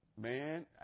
man